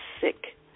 sick